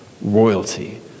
royalty